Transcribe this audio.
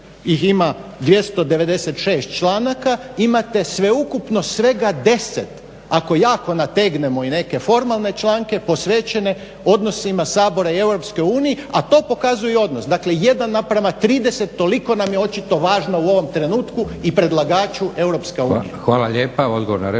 ih ima 296 članaka imate sveukupno svega 10 ako jako nategnemo i neke formalne članke posvećene odnosima Sabora i Europske unije, a to pokazuje i odnos. Dakle, jedan naprama trideset, toliko nam je očito važno u ovom trenutku i predlagaču EU.